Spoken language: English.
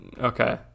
okay